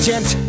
Gent